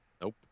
Nope